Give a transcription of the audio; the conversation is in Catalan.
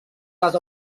les